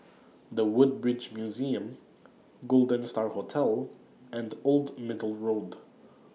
The Woodbridge Museum Golden STAR Hotel and Old Middle Road